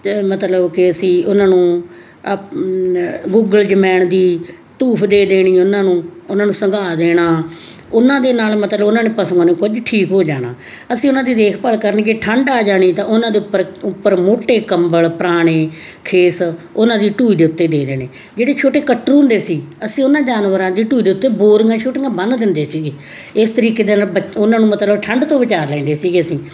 ਮਤਲਬ ਕਿ ਅਸੀਂ ਉਹਨਾਂ ਨੂੰ ਗੁੱਗਲ ਜਮੈਣ ਦੀ ਧੂਫ ਦੇ ਦੇਣੀ ਉਹਨਾਂ ਨੂੰ ਉਹਨਾਂ ਨੂੰ ਸੰਘਾ ਦੇਣਾ ਉਹਨਾਂ ਦੇ ਨਾਲ ਮਤਲਬ ਉਹਨਾਂ ਨੇ ਪਸ਼ੂਆਂ ਨੂੰ ਕੁਝ ਠੀਕ ਹੋ ਜਾਣਾ ਅਸੀਂ ਉਹਨਾਂ ਦੀ ਦੇਖਭਾਲ ਕਰਨਗੇ ਠੰਡ ਆ ਜਾਣੀ ਤਾਂ ਉਹਨਾਂ ਦੇ ਉੱਪਰ ਮੋਟੇ ਕੰਬਲ ਪੁਰਾਣੇ ਖੇਸ ਉਹਨਾਂ ਦੀ ਢੂਹ ਦੇ ਉੱਤੇ ਦੇ ਦੇਣੇ ਜਿਹੜੇ ਛੋਟੇ ਕੱਟਰੁ ਹੁੰਦੇ ਸੀ ਅਸੀਂ ਉਹਨਾਂ ਜਾਨਵਰਾਂ ਦੀ ਢੂਹ ਦੇ ਉੱਤੇ ਬੋਰੀਆਂ ਛੋਟੀਆਂ ਬੰਨ ਦਿੰਦੇ ਸੀਗੇ ਇਸ ਤਰੀਕੇ ਦੇ ਨਾਲ ਉਹਨਾਂ ਨੂੰ ਮਤਲਬ ਠੰਡ ਤੋਂ ਬਚਾਅ ਲੈਂਦੇ ਸੀਗੇ ਅਸੀਂ